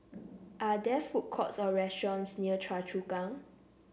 are there food courts or restaurants near Choa Chu Kang